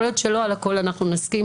יכול להיות שלא על הכול אנחנו נסכים,